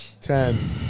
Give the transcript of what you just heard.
ten